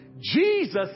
Jesus